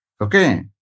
Okay